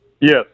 Yes